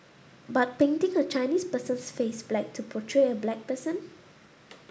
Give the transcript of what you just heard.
but painting a Chinese person's face black to portray a black person